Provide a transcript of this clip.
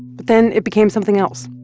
but then it became something else.